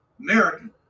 american